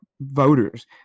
voters